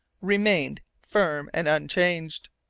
remained firm and unchanged.